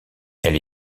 elle